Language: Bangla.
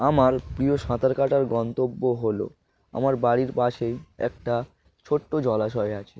আমার প্রিয় সাঁতার কাটার গন্তব্য হলো আমার বাড়ির পাশেই একটা ছোট্ট জলাশয় আছে